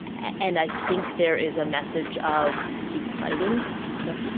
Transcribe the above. and i think there is a message of keep fighting ok.